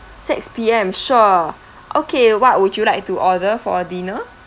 six P_M sure okay what would you like to order for dinner